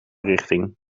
richting